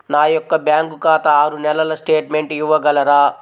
నా యొక్క బ్యాంకు ఖాతా ఆరు నెలల స్టేట్మెంట్ ఇవ్వగలరా?